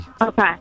Okay